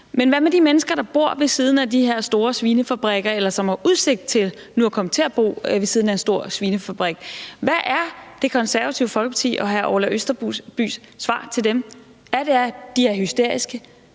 Men hvad med de mennesker, der bor ved siden af de her store svinefabrikker, eller som har udsigt til nu at komme til at bo ved siden af en stor svinefabrik? Hvad er Det Konservative Folkeparti og hr. Orla Østerbys svar til dem? Er det, at de er hysteriske,